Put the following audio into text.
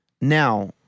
Now